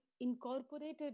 incorporated